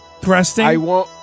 thrusting